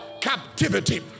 captivity